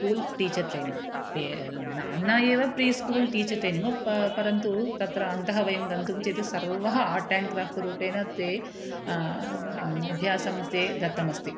cool teacher training तेल् नाम्ना एव प्रिस्कूल् टीचर् ट्रैनिङ्ग् प परन्तु तत्र अन्तः वयं गन्तुं चेत् सर्वः आर्ट् आण्ड् क्राफ्ट् रूपेण अभ्यासं ते दत्तमस्ति